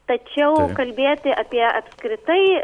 tačiau kalbėti apie apskritai